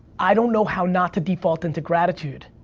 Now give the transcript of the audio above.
i don't know how not to default into gratitude.